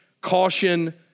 caution